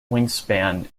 wingspan